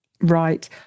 Right